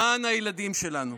למען הילדים שלנו.